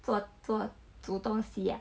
做做煮东西